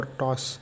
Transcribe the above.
toss